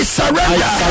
surrender